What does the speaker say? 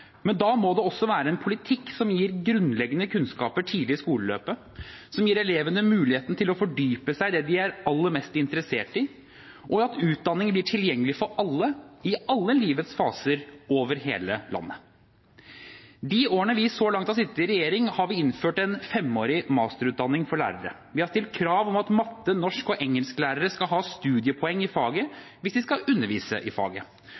men da må det også være en politikk som gir grunnleggende kunnskaper tidlig i skoleløpet, som gir elevene muligheten til å fordype seg i det de er aller mest interessert i, og at utdanning blir tilgjengelig for alle i alle livets faser over hele landet. I løpet av de årene vi så langt har sittet i regjering, har vi innført en femårig masterutdanning for lærere. Vi har stilt krav om at matte-, norsk- og engelsklærere skal ha studiepoeng i faget hvis de skal undervise i faget,